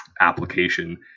application